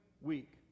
week